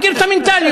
מכיר את המנטליות.